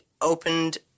opened